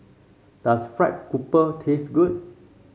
does fried grouper taste good